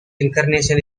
incarnation